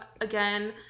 again